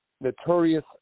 Notorious